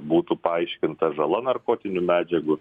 būtų paaiškinta žala narkotinių medžiagų